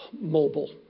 mobile